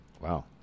Wow